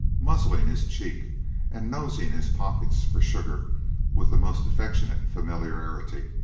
muzzling his cheek and nosing his pockets for sugar with the most affectionate familiarity.